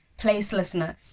placelessness